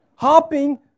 Hopping